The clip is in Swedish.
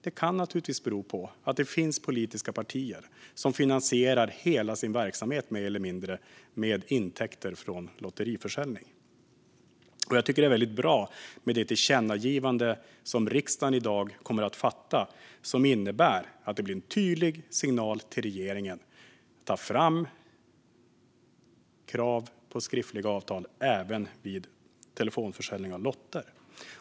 Det kan naturligtvis bero på att det finns politiska partier som mer eller mindre finansierar hela sin verksamhet med intäkter från lotteriförsäljning. Jag tycker att det är bra med det tillkännagivande som riksdagen i dag kommer att fatta beslut om och som innebär en tydlig signal till regeringen: Ta fram krav på skriftliga avtal även vid telefonförsäljning av lotter!